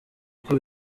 uko